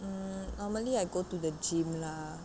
mm normally I go to the gym lah